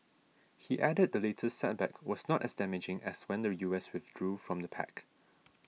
he added the latest setback was not as damaging as when the U S withdrew from the pact